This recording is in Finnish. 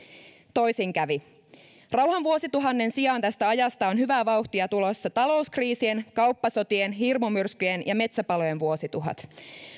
toisin kävi rauhan vuosituhannen sijaan tästä ajasta on hyvää vauhtia tulossa talouskriisien kauppasotien hirmumyrskyjen ja metsäpalojen vuosituhat